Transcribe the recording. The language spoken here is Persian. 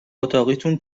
اتاقیتون